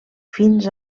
fins